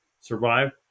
survive